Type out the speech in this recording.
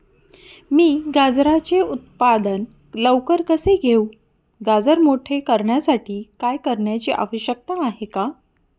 मी गाजराचे उत्पादन लवकर कसे घेऊ? गाजर मोठे करण्यासाठी काय करण्याची आवश्यकता आहे?